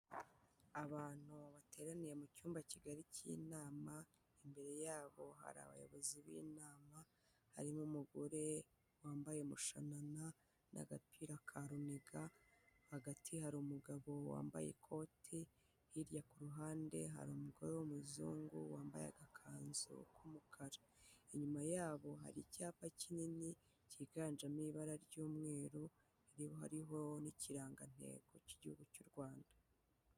Abantu bateraniye mu cyumba kigari cy'inama, imbere yabo hari abayobozi b'inama, hari n'umugore wambaye umushanana n'agapira ka runiga, hagati hari umugabo wambaye ikote, hirya ku ruhande hari umugore w'umuzungu wambaye agakanzu k'umukara. Inyuma yabo hari icyapa kinini kiganjemo ibara ry'umweru ririho n'ikirangantego cy'igihugu cy'u Rwanda.